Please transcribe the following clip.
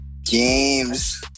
James